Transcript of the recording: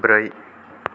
ब्रै